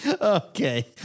okay